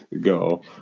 go